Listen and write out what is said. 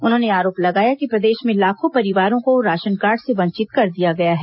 उन्होंने आरोप लगाया कि प्रदेश में लाखों परिवारों को राशन कार्ड से वंचित कर दिया गया है